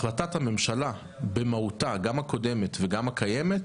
החלטת הממשלה, במהותה, גם הקודמת וגם הקיימת,